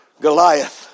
Goliath